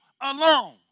alone